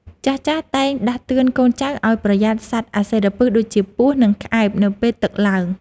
ចាស់ៗតែងដាស់តឿនកូនចៅឱ្យប្រយ័ត្នសត្វអាសិរពិសដូចជាពស់ និងក្អែបនៅពេលទឹកឡើង។